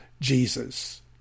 Jesus